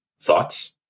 thoughts